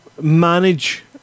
manage